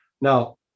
Now